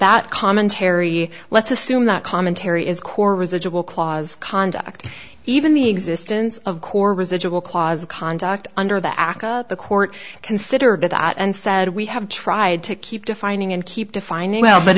that commentary let's assume that commentary is core residual clause conduct even the existence of core residual clause of conduct under the aca the court considered that and said we have tried to keep defining and keep defining well but